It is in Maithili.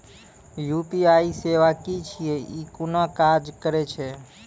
यु.पी.आई सेवा की छियै? ई कूना काज करै छै?